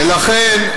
ולכן,